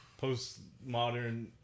postmodern